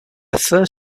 four